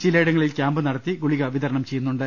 ചിലയിടങ്ങളിൽ ക്യാമ്പ് നടത്തി ഗുളിക വിതരണം ചെയ്യുന്നുണ്ട്